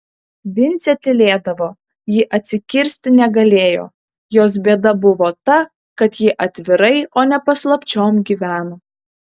vincė tylėdavo ji atsikirsti negalėjo jos bėda buvo ta kad ji atvirai o ne paslapčiom gyveno